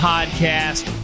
Podcast